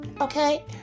Okay